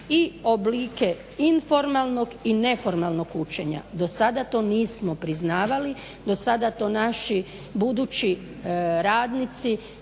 i oblike informalnog i neformalnog učenja. Do sada to nismo priznavali, do sada to naši budući radnici,